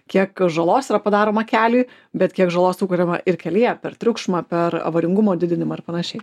kiek žalos yra padaroma keliui bet kiek žalos sukuriama ir kelyje per triukšmą per avaringumo didinimą ir panašiai